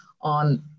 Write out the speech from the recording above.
on